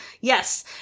yes